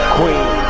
Queen